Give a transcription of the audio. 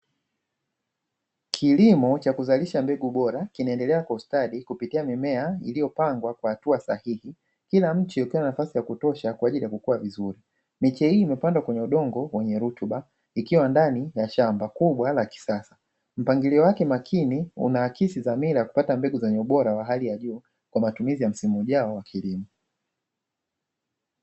Kilimo cha kuzalisha mbegu bora kinaendelea kustadi kupitia mimea iliyopangwa kwa hatua sahihi, kila mche ukiwa na nafasi ya kutosha kwa ajili ya kukua vizuri miche hii imepandwa kwenye udongo wenye rutuba, ikiwa ndani ya shamba kubwa la kisasa mpangilio wake makini unahakisi dhamira ya kupata mbegu zenye ubora wa hali ya juu, kwa matumizi ya msimu ujao wa kilimo.